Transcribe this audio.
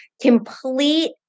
complete